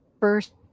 first